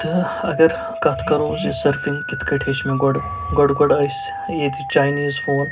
تہٕ اگر کَتھ کرو زِ سٔرفِنٛگ کِتھ کٲٹھۍ ہیٚچھۍ مےٚ گۄڈٕ گۄڈٕ گۄڈٕ ٲسۍ ییٚتہِ چاینیٖز فون